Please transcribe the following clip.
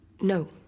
No